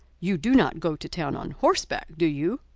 you do not go to town on horseback, do you?